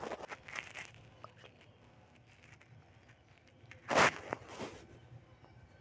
auditor खातात बहुत गलती दखे कंपनी खिलाफत कारवाही करले